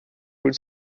food